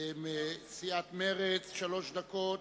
סיעת מרצ, שלוש דקות.